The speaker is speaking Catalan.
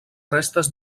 restes